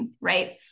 right